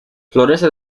florece